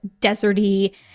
deserty